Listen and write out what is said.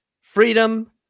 freedom